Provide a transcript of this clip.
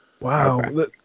Wow